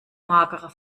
magerer